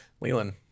Leland